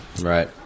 Right